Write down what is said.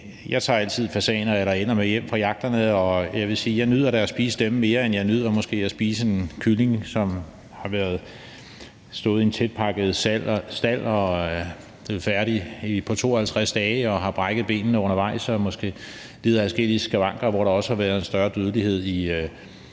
Jeg tager altid fasaner eller ænder med hjem fra jagterne, og jeg vil sige, at jeg da nyder at spise dem, mere end jeg nyder måske at spise en kylling, som har stået i en tætpakket stald, er vokset færdig på 52 dage, har brækket benene undervejs og måske har lidt af adskillige skavanker, hvor der også har været en større dødelighed i